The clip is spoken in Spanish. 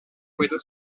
puedo